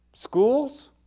schools